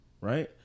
Right